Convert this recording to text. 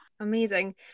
amazing